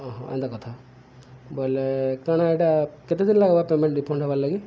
ଏନ୍ତା କଥା ବୋଇଲେ କାଣା ଏଇଟା କେତେ ଦିନ ଲାଗ୍ବା ପେମେଣ୍ଟ ରିଫଣ୍ଡ୍ ହବାର୍ ଲାଗି